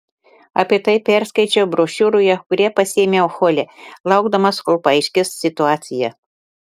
apie tai perskaičiau brošiūroje kurią pasiėmiau hole laukdamas kol paaiškės situacija